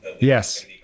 Yes